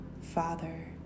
Father